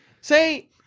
Say